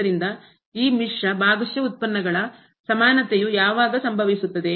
ಆದ್ದರಿಂದ ಈ ಮಿಶ್ರ ಭಾಗಶಃ ಉತ್ಪನ್ನಗಳ ಸಮಾನತೆಯು ಯಾವಾಗ ಸಂಭವಿಸುತ್ತದೆ